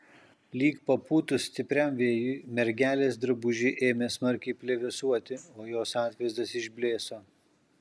lyg papūtus stipriam vėjui mergelės drabužiai ėmė smarkiai plevėsuoti o jos atvaizdas išblėso